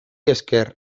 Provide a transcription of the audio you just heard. esker